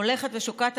הולכת ושוקעת.